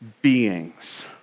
beings